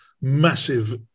massive